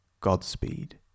Godspeed